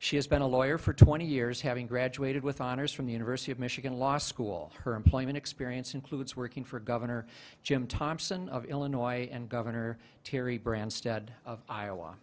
she has been a lawyer for twenty years having graduated with honors from the university of michigan law school her employment experience includes working for governor jim thompson of illinois and governor terry branstad of iowa